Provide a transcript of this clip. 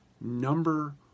number